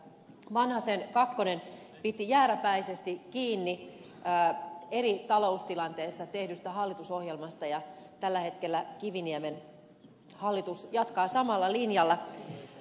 vanhasen kakkonen piti jääräpäisesti kiinni eri taloustilanteessa tehdystä hallitusohjelmasta ja tällä hetkellä kiviniemen hallitus jatkaa samalla linjalla